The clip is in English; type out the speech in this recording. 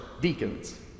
deacons